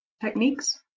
techniques